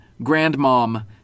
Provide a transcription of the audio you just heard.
Grandmom